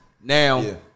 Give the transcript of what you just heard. Now